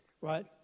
right